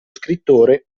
scrittore